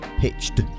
pitched